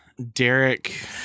Derek